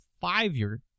five-year